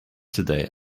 today